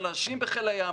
על אנשים בחיל הים,